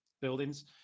buildings